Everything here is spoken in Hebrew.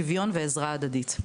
שוויון ועזרה הדדית,